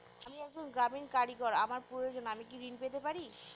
আমি একজন গ্রামীণ কারিগর আমার প্রয়োজনৃ আমি কি ঋণ পেতে পারি?